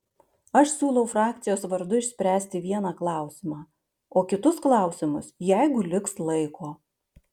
aš siūlau frakcijos vardu išspręsti vieną klausimą o kitus klausimus jeigu liks laiko